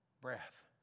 Breath